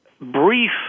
brief